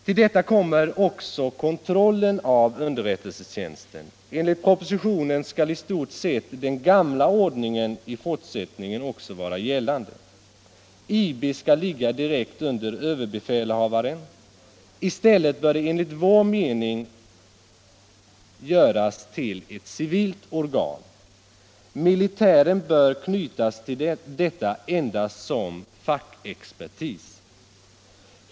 Till detta kommer också kontrollen av underrättelsetjänsten. Enligt propositionen skall i stort sett den gamla ordningen gälla också i fortsättningen. IB skall sortera direkt under överbefälhavaren. Enligt vår mening bör IB i stället göras till ett civilt organ. Militären bör knytas till detta organ endast som fackexpertis.